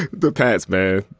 the pats may